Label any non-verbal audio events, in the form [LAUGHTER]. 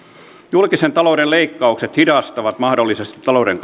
julkisen talouden leikkaukset hidastavat mahdollisesti talouden [UNINTELLIGIBLE]